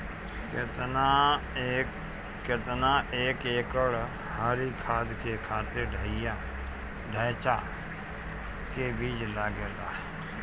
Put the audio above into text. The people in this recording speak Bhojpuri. केतना एक एकड़ हरी खाद के खातिर ढैचा के बीज लागेला?